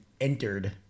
entered